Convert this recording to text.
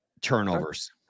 turnovers